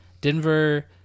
Denver